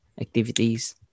activities